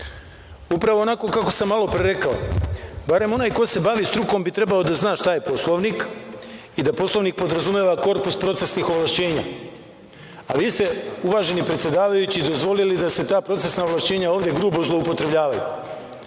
106.Upravo onako kako sam malo pre rekao, barem onaj ko se bavi strukom bi trebao da zna šta je Poslovnik i da Poslovnik podrazumeva korpus procesnih ovlašćenja, a vi ste, uvaženi predsedavajući, dozvolili da se ta procesna ovlašćenja ovde grubo zloupotrebljavaju,